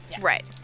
Right